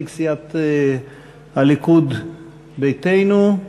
נציג סיעת הליכוד ביתנו,